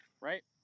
right